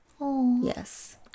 Yes